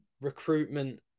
recruitment